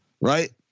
right